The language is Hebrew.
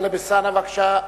טלב אלסאנע, בבקשה.